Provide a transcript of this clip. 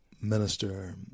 minister